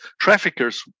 traffickers